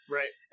Right